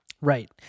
right